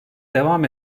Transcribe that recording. devam